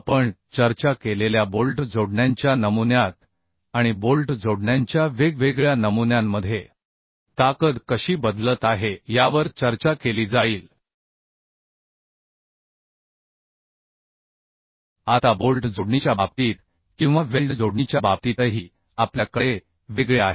आपण चर्चा केलेल्या बोल्ट जोडण्यांच्या नमुन्यात आणि बोल्ट जोडण्यांच्या वेगवेगळ्या नमुन्यांमध्ये ताकद कशी बदलत आहे यावर चर्चा केली जाईल आता बोल्ट जोडणीच्या बाबतीत किंवा वेल्ड जोडणीच्या बाबतीतही आपल्या कडे वेगळे आहे